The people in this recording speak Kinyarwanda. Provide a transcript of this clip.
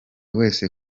wese